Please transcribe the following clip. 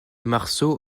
marceau